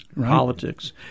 politics